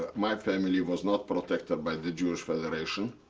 my family was not protected by the jewish federation,